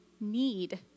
need